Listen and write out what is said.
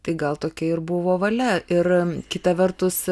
tai gal tokia ir buvo valia ir kita vertus